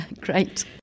Great